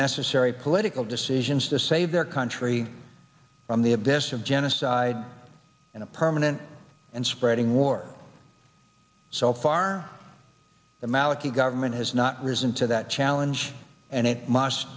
necessary political decisions to save their country from the abyss of genocide in a permanent and spreading war so far the maliki government has not risen to that challenge and it must